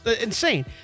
insane